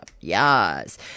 yes